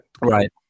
right